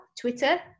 Twitter